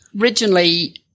originally